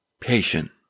patient